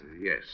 Yes